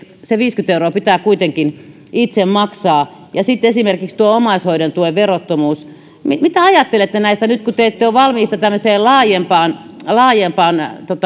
se viisikymmentä euroa pitää kuitenkin itse maksaa ja sitten on esimerkiksi omaishoidon tuen verottomuus mitä ajattelette näistä nyt kun te te ette ole valmiita tämmöiseen laajempaan laajempaan